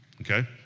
okay